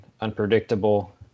unpredictable